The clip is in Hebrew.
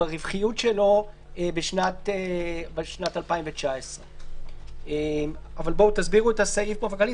ברווחיות שלו בשנת 2019". אבל בואו תסבירו את הסעיף באופן כללי.